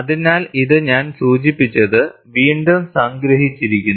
അതിനാൽ ഇത് ഞാൻ സൂചിപ്പിച്ചത് വീണ്ടും സംഗ്രഹിച്ചിരിക്കുന്നു